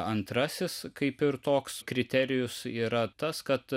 antrasis kaip ir toks kriterijus yra tas kad